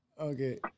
Okay